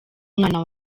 umwana